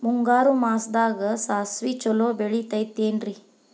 ಮುಂಗಾರು ಮಾಸದಾಗ ಸಾಸ್ವಿ ಛಲೋ ಬೆಳಿತೈತೇನ್ರಿ?